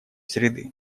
среды